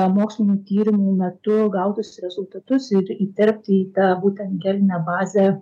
mokslinių tyrimų metu gautus rezultatus ir įterpti į tą būtent gelinę bazę